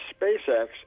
SpaceX